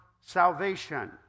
salvation